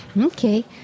okay